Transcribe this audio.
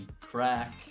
crack